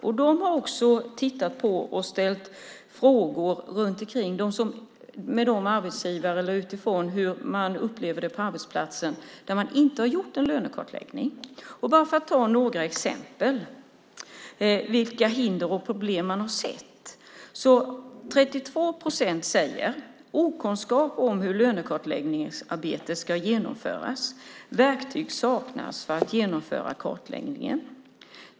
De har tittat på och ställt frågor om hur det upplevs på en arbetsplats där det inte gjorts en lönekartläggning. Jag ska ta några exempel på hinder och problem som man har sett. 32 procent talar om okunskap om hur lönekartläggningsarbetet ska genomföras och om att verktyg saknas för att genomföra kartläggningen.